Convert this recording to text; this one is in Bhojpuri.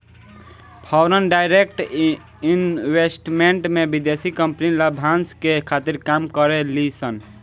फॉरेन डायरेक्ट इन्वेस्टमेंट में विदेशी कंपनी लाभांस के खातिर काम करे ली सन